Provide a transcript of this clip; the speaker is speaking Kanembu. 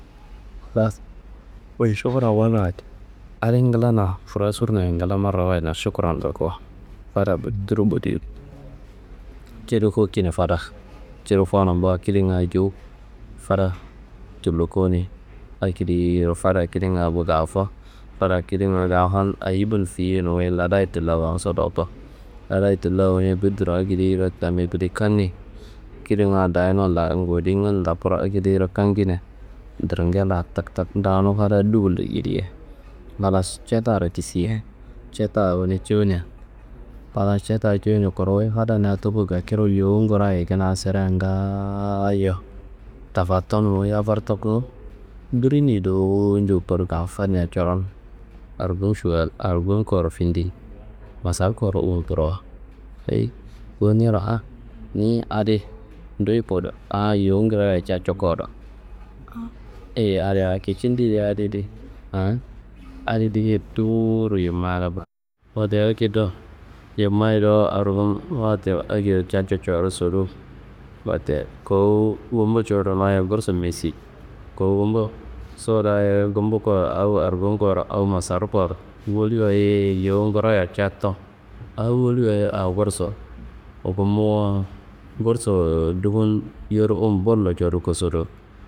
Halas adi nglana furasurnoi nglana marawayidna šukurondo ko, fada boditiro bodiyi. Ciri kokine fada, ciri kowunum ba kidanga jowu, fada tullo kowone akediyiro fada kidanga wu gafo. Fadayi kidanga gafan, ayi bundo siyei no, wuyi ladayi tullo awono sodoko, ladayi tullo awone durdurra akediro tanne kude kanne kidanga dayino la ngowodingun dakuro akediyiro kankinia dringella tak tak dawuno fadaa dubullo kidiye. Halas cattaro kisiye, catta awone cawunea, halas catta cawunian kuru wuyi fadania tuku gakiro yowu ngorayi kina sirea ngaayo tafatano, wuyi habar takunu, dirini dowo njo koduka fannia coron. Arngun šuwal argun koro findi, masar koro uwu kurowo, ayi kawuniyaro a ni adi nduyi kuwudo an yowu ngurayi catco kowodo, adi a kici ndeyedi adidi an adidi. Wote akedo yomma dowo argumma wote akendo catco cowodu sudu, wote kowu gumbu cuwudununayi gursu mea si, kawu gumbu sudayiye gumbu koro awu argu koro awu masar koro, woli wayi yowu ngurayayi catto a woli wayi a gursu gumbu gursu dufu n yor uwu- n bullo codu kosodo.